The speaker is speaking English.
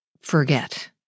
forget